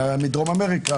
מדרום אמריקה,